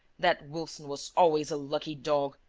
that wilson was always a lucky dog!